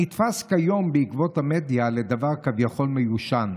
הנתפס כיום, בעקבות המדיה, כדבר כביכול מיושן,